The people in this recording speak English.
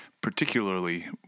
particularly